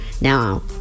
now